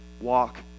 walk